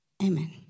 Amen